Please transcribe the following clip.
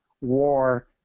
war